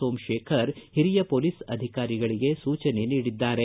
ಸೋಮಶೇಖರ್ ಓರಿಯ ಪೊಲೀಸ್ ಅಧಿಕಾರಿಗಳಿಗೆ ಸೂಚನೆ ನೀಡಿದ್ದಾರೆ